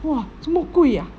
哇这么贵 ah